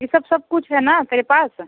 ये सब सब कुछ है ना तेरे पास